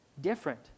different